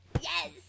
Yes